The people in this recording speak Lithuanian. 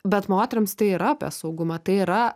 bet moterims tai yra apie saugumą tai yra